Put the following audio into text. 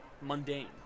mundane